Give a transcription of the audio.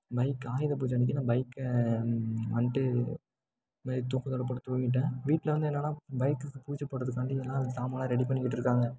night Ayudha Puja அன்னைக்கு நான் பைக்கை வந்ட்டு இதுமாரி தூக்கத்தோட போட்டு தூங்கிட்டேன் வீட்டில வந்து என்னென்னா பைக்குக்கு பூஜை போடுறதுக்காண்டி எல்லாரும் சாமான்லாம் ரெடி பண்ணிக்கிட்டு இருக்காங்கள்